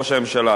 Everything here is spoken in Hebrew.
ראש הממשלה,